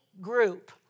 group